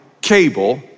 cable